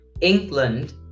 England